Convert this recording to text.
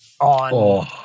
on